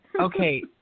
Okay